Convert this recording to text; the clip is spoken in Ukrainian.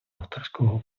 авторського